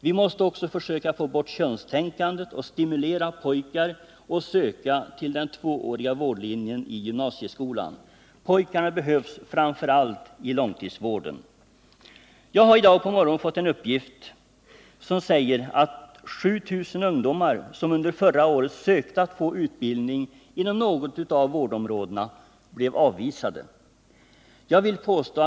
Vi måste också försöka få bort könstänkandet och stimulera pojkar att söka till den 2-åriga vårdlinjen i gymnasieskolan. Pojkarna behövs framför allt i långtidssjukvården. Jag har i dag på morgonen fått uppgift om att 7 000 ungdomar som förra året sökte utbildning inom något av vårdområdena blev avvisade.